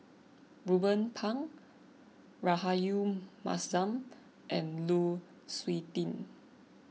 Ruben Pang Rahayu Mahzam and Lu Suitin